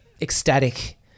Ecstatic